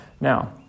Now